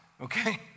okay